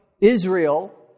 Israel